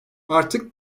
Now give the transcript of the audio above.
artık